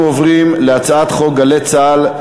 אנחנו עוברים להצעת חוק גלי צה"ל,